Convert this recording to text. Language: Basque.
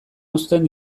uzten